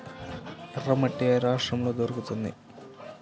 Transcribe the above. ఎర్రమట్టి ఏ రాష్ట్రంలో దొరుకుతుంది?